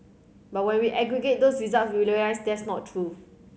but when we aggregate those results we realise that's not true